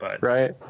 Right